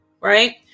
right